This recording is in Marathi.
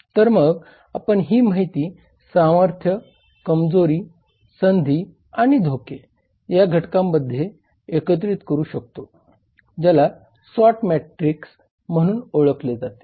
तर मग आपण ही माहिती सामर्थ्य कमजोरी संधी आणि धोके या घटकांमध्ये एकत्रित करू शकतो ज्याला स्वॉट मॅट्रिक्स म्हणून ओळखले जाते